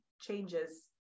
changes